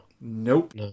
Nope